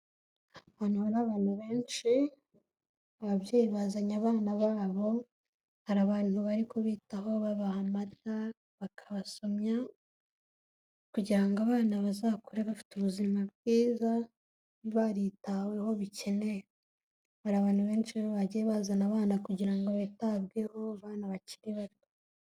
Ahantu hari abantu benshi, ababyeyi bazanye abana babo hari abantu bari kubitaho babaha amata bakabasomya kugira ngo abana bazakure bafite ubuzima bwiza, baritaweho bikenewe hari abantu benshi bagiye bazana abana kugira ngo bitabweho, abana bakiri bato.